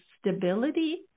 stability